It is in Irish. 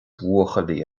bhuachaillí